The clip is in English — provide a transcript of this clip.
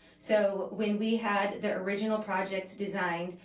so when we had the original projects designed,